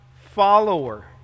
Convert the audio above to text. follower